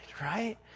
right